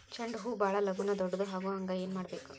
ಚಂಡ ಹೂ ಭಾಳ ಲಗೂನ ದೊಡ್ಡದು ಆಗುಹಂಗ್ ಏನ್ ಮಾಡ್ಬೇಕು?